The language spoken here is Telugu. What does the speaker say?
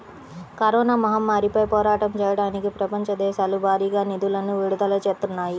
కరోనా మహమ్మారిపై పోరాటం చెయ్యడానికి ప్రపంచ దేశాలు భారీగా నిధులను విడుదల చేత్తన్నాయి